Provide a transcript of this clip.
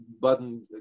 button